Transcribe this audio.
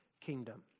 kingdom